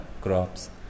crops